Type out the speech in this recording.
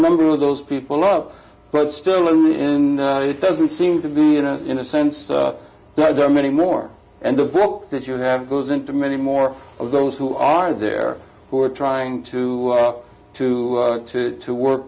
number of those people up but still even it doesn't seem to be in a in a sense that there are many more and the book that you have goes into many more of those who are there who are trying to talk to you to work